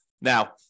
Now